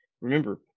remember